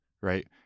right